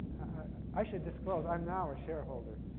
i should disclose. i'm now a shareholder.